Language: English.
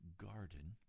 Garden